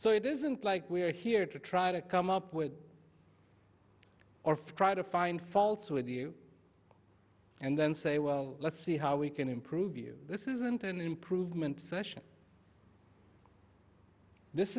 so it isn't like we're here to try to come up with try to find faults with you and then say well let's see how we can improve you this isn't an improvement this